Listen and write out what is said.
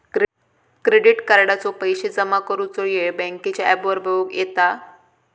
credit कार्डाचो पैशे जमा करुचो येळ बँकेच्या ॲपवर बगुक येता